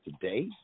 today